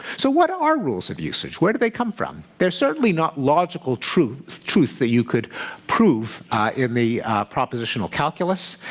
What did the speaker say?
so what are rules of usage? where do they come from? they're certainly not logical truth truth that you could prove in the propositional calculus,